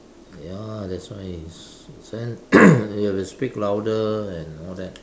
ya that's why it's then you have to speak louder and all that